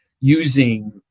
using